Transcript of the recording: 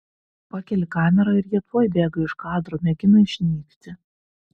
pakeli kamerą ir jie tuoj bėga iš kadro mėgina išnykti